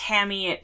Tammy